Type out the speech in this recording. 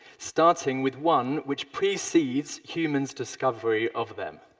starting with one which precedes human's discovery of them.